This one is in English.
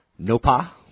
NOPA